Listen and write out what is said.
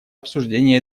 обсуждения